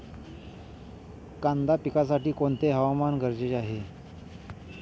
कांदा पिकासाठी कोणते हवामान गरजेचे आहे?